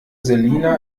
selina